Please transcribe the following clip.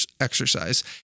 exercise